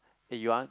eh you want